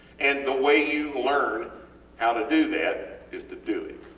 and the way you learn how to do that is to do it.